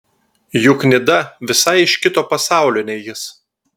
juk nida visai iš kito pasaulio nei jis